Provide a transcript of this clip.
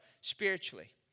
spiritually